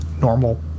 normal